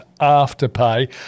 Afterpay